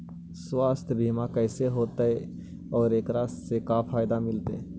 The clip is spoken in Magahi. सवासथ बिमा कैसे होतै, और एकरा से का फायदा मिलतै?